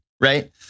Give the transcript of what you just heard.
Right